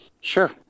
Sure